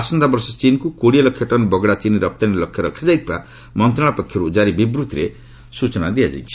ଆସନ୍ତା ବର୍ଷ ଚୀନ୍କୁ କୋଡ଼ିଏ ଲକ୍ଷ ଟନ୍ ବଗଡ଼ା ଚିନି ରପ୍ତାନୀ ଲକ୍ଷ୍ୟ ରଖାଯାଇଥିବା ମନ୍ତ୍ରଣାଳୟ ପକ୍ଷରୁ ଜାରି ବିବୃତ୍ତିରେ କୁହାଯାଇଛି